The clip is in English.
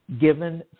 given